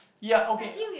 ya okay